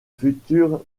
futur